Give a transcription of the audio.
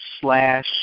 Slash